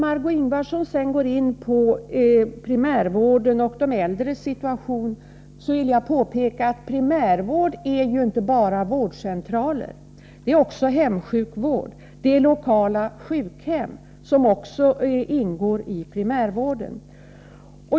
Men när Marg6ö Ingvardsson sedan går in på primärvården och de äldres situation vill jag påpeka att primärvård inte bara är vårdcentraler — det är också hemsjukvård. Lokala sjukhem ingår också i primärvården.